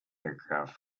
aircraft